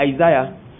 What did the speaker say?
Isaiah